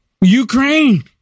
Ukraine